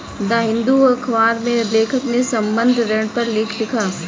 the Hindu अखबार में लेखक ने संबंद्ध ऋण पर लेख लिखा